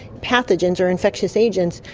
pathogens or infectious agents,